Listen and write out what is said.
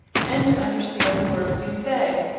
and to understand the words you say.